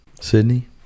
Sydney